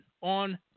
on